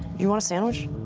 you want a sandwich?